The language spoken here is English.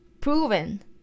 proven